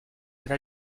elle